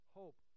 hope